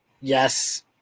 Yes